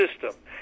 system